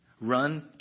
Run